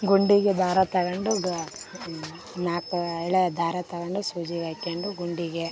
ಗುಂಡಿಗೆ ದಾರ ತಗೊಂಡು ಗಾ ನಾಲ್ಕು ಎಳೆ ದಾರ ತಗೊಂಡ್ ಸೂಜಿಗೆ ಹಾಕ್ಯಂಡ್ ಗುಂಡಿಗೆ